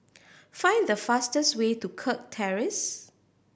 find the fastest way to Kirk Terrace